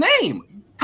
name